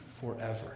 forever